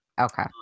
Okay